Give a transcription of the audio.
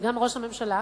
וגם ראש הממשלה,